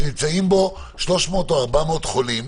שנמצאים בו 300 או 400 חולים.